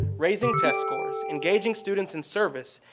raising test scores, engaging students in service,